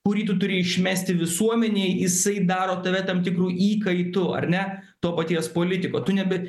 kurį tu turi išmesti visuomenei jisai daro tave tam tikru įkaitu ar ne to paties politiko tu nebe